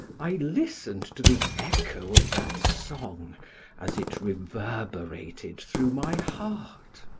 i listened to the echo of that song as it reverberated through my heart.